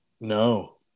No